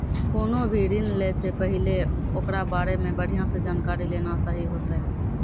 कोनो भी ऋण लै से पहिले ओकरा बारे मे बढ़िया से जानकारी लेना सही होतै